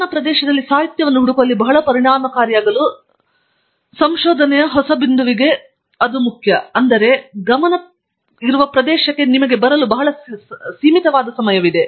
ತನ್ನ ಪ್ರದೇಶದಲ್ಲಿ ಸಾಹಿತ್ಯವನ್ನು ಹುಡುಕುವಲ್ಲಿ ಬಹಳ ಪರಿಣಾಮಕಾರಿಯಾಗಲು ಸಂಶೋಧನೆಯ ಹೊಸ ಬಿಂದುವಿಗೆ ಅದು ಮುಖ್ಯವಾದುದು ಏಕೆಂದರೆ ಗಮನ ಪ್ರದೇಶಕ್ಕೆ ಬರಲು ಲಭ್ಯವಿರುವ ಸಮಯ ಬಹಳ ಸೀಮಿತವಾಗಿದೆ